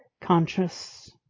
conscious